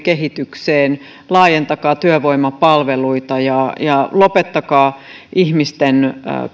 ja kehitykseen laajentakaa työvoimapalveluita ja ja lopettakaa ihmisten